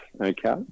Okay